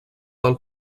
del